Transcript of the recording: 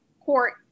court